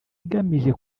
igamije